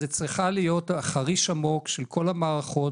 אז צריך להיות חריש עמוק של כל המערכות,